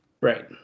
right